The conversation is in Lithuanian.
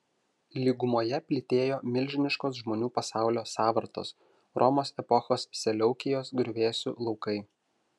lygumoje plytėjo milžiniškos žmonių pasaulio sąvartos romos epochos seleukijos griuvėsių laukai